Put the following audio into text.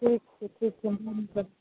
ठीक छै ठीक छै